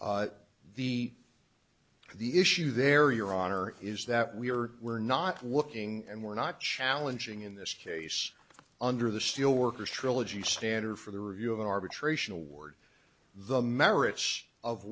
decision the the issue there your honor is that we are we're not looking and we're not challenging in this case under the steelworkers trilogy standard for the review of an arbitration award the merits of